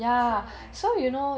so like